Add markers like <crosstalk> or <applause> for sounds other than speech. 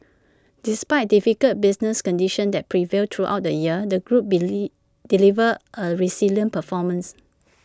despite difficult business conditions that prevailed throughout the year the group <unintelligible> delivered A resilient performance